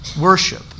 Worship